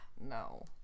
No